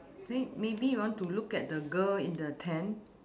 think maybe you want to look at the girl in the tent